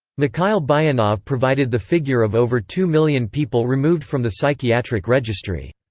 mikhail buyanov provided the figure of over two million people removed from the psychiatric registry.